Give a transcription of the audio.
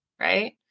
right